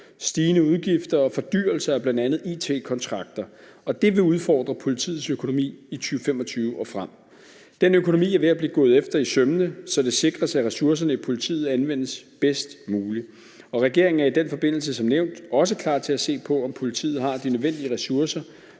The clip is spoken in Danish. stigende udgifter og fordyrelse af bl.a. it-kontrakter, og det vil udfordre politiets økonomi i 2025 og frem. Den økonomi er ved at blive gået efter i sømmene, så det sikres, at ressourcerne i politiet anvendes bedst muligt, og regeringen er i den forbindelse som nævnt også klar til at se på, om politiet har de nødvendige ressourcer